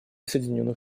соединенных